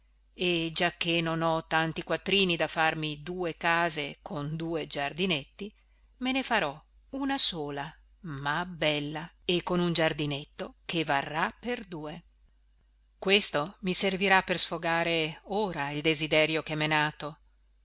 e giacché non ho tanti quattrini da farmi due case con due giardinetti me ne farò una sola ma bella e con un giardinetto che varrà per due questo mi servirà per sfogare ora il desiderio che